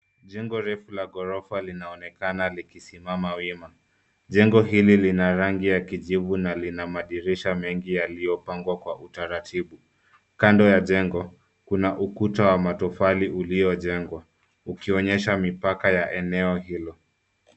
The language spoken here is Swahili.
Jengo refu la gorofa linaonekana likisimama wima jengo hili lina rangi ya kijivu na lina madirisha mengi yaliyopangwa kwa utaratibu. Kando ya jengo kuna ukuta wa matofali ulio jengwa ukionyesha mipaka ya eneo hilo.